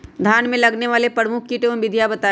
धान में लगने वाले प्रमुख कीट एवं विधियां बताएं?